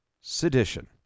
sedition